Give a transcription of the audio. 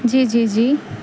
جی جی جی